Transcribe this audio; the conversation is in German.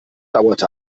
dauerte